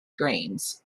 grains